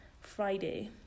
Friday